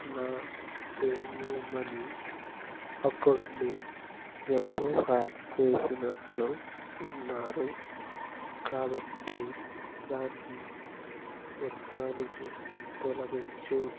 నా PayUmoney అకౌంటుని ఎవరో హ్యాక్ చేసినట్లు ఉన్నారు కాబట్టి దాన్ని మొత్తానికి తొలగించు